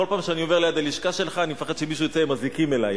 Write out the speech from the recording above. כל פעם שאני עובר ליד הלשכה שלך אני מפחד שמישהו יצא עם אזיקים אלי.